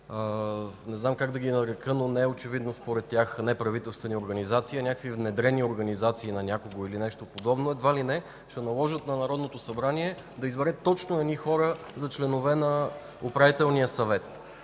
Не знам как да ги нарека, но според тях не очевидно неправителствени организации, а някакви внедрени организации на някого или нещо подобно, едва ли не ще наложат на Народното събрание да избере точно едни хора за членове на управителния съвет.